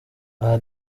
aha